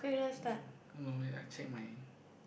no you ai check mai